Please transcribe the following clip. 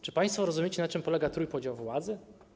Czy państwo rozumiecie, na czym polega trójpodział władzy?